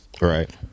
Right